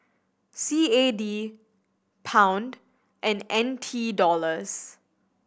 C A D Pound and N T Dollars